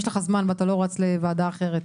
לא,